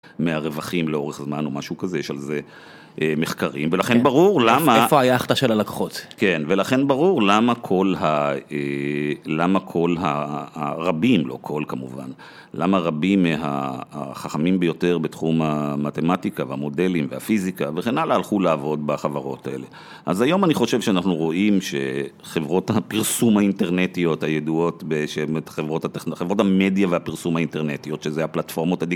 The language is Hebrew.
מהרווחים לאורך זמן או משהו כזה, יש על זה מחקרים, ולכן ברור למה... איפה היכטה של הלקחות? כן, ולכן ברור למה כל הרבים, לא כל כמובן, למה רבים מהחכמים ביותר בתחום המתמטיקה והמודלים והפיזיקה וכן הלאה הלכו לעבוד בחברות האלה. אז היום אני חושב שאנחנו רואים שחברות הפרסום האינטרנטיות הידועות, חברות המדיה והפרסום האינטרנטיות, שזה הפלטפורמות,